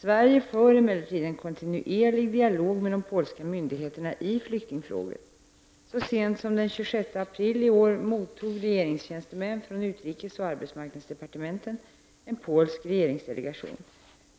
Sverige för emellertid en kontinuerlig dialog med de polska myndigheterna i flyktingfrågor. Så sent som den 26 april i år mottog regeringstjänstemän från utrikesoch arbetsmarknadsdepartementen en polsk regeringsdelegation.